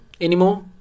anymore